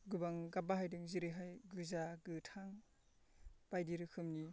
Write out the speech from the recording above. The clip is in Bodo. गोबां गाब बाहायदों जेरैहाय गोजा गोथां बायदि रोखोमनि